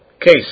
case